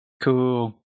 Cool